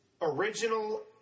original